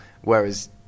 Whereas